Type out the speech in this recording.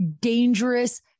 dangerous